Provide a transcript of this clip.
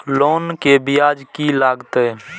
Loan के ब्याज की लागते?